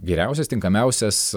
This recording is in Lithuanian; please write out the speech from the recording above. geriausias tinkamiausias